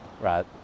right